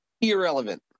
irrelevant